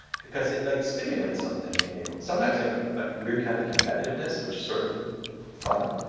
because it like stimulates something in you, sometimes like a ah weird kind of competitiveness, which is sort of fun,